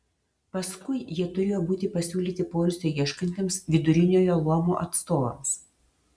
paskui jie turėjo būti pasiūlyti poilsio ieškantiems viduriniojo luomo atstovams